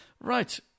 Right